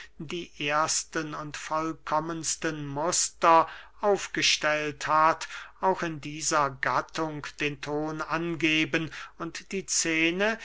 die ersten und vollkommensten muster aufgestellt hat auch in dieser gattung den ton angeben und die scene